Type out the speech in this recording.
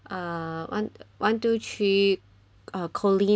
uh one one two three uh collins